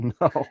no